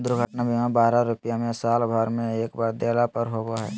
दुर्घटना बीमा बारह रुपया में साल भर में एक बार देला पर होबो हइ